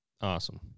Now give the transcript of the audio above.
Awesome